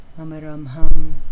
Amaramham